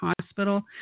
hospital